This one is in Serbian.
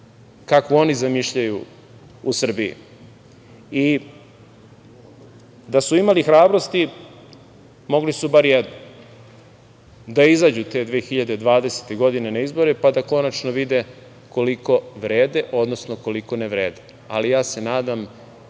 kako oni zamišljaju u Srbiji. Da su imali hrabrosti, mogli su bar jedno, da izađu te 2020. godine na izbore pa da konačno vide koliko vrede, odnosno koliko ne vrede. Ali, ja se nadam